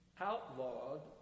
outlawed